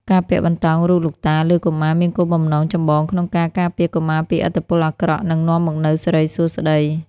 ការពាក់បន្តោងរូបលោកតាលើកុមារមានគោលបំណងចម្បងក្នុងការការពារកុមារពីឥទ្ធិពលអាក្រក់ និងនាំមកនូវសិរីសួស្តី។